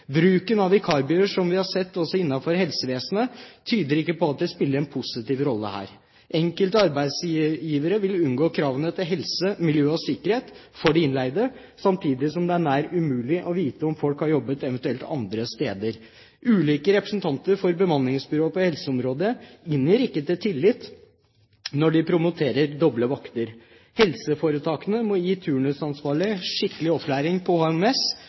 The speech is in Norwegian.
Bruken av vikarbyråer, som vi har sett også innenfor helsevesenet, tyder ikke på at de spiller en positiv rolle her. Enkelte arbeidsgivere vil unngå kravene til helse, miljø og sikkerhet for de innleide, samtidig som det er nær umulig å vite om folk har jobbet eventuelt andre steder. Ulike representanter for bemanningsbyråer på helseområdet inngir ikke tillit når de promoterer doble vakter. Helseforetakene må gi turnusansvarlige skikkelig opplæring på